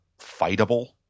fightable